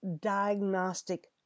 diagnostic